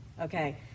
Okay